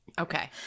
okay